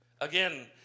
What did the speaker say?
Again